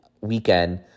Weekend